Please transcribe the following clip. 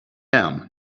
atm